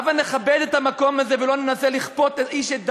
ולצערי היה פה ויכוח,